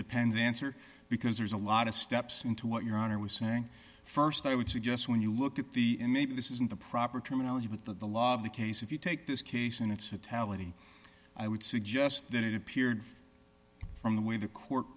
depends answer because there's a lot of steps into what your honor was saying st i would suggest when you look at the end maybe this isn't the proper terminology but that the law of the case if you take this case and it's a tallahassee i would suggest that it appeared from the way the court